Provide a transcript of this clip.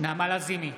נעמה לזימי,